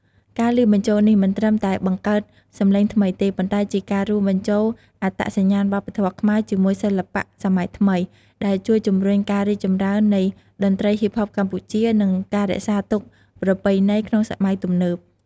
ការលាយបញ្ចូលនេះមិនត្រឹមតែបង្កើតសម្លេងថ្មីទេ ប៉ុន្តែជាការរួមបញ្ចូលអត្តសញ្ញាណវប្បធម៌ខ្មែរជាមួយសិល្បៈសម័យថ្មី ដែលជួយជំរុញការរីកចម្រើននៃតន្ត្រីហ៊ីបហបកម្ពុជា និង ការរក្សាទុកប្រពៃណីក្នុងសម័យទំនើប។